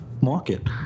market